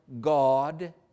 God